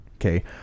Okay